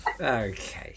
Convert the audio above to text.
Okay